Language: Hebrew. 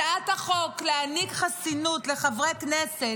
הצעת החוק להעניק חסינות לחברי כנסת,